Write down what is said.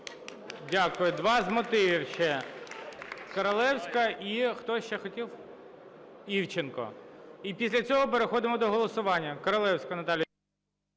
Дякую. Два з мотивів ще – Королевська... І хто ще хотів ? Івченко. І після цього переходимо до голосування. Королевська Наталія